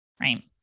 Right